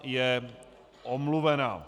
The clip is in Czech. Je omluvena.